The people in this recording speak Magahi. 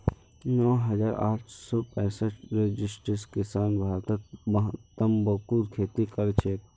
नौ हजार आठ सौ पैंसठ रजिस्टर्ड किसान भारतत तंबाकूर खेती करछेक